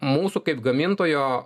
mūsų kaip gamintojo